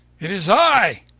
it is i!